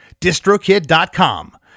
distrokid.com